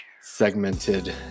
segmented